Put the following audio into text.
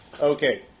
Okay